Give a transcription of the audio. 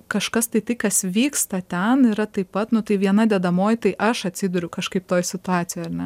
kažkas tai tai kas vyksta ten yra taip pat nu tai viena dedamoji tai aš atsiduriu kažkaip toj situacijoj ar ne